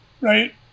right